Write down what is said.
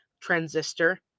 Transistor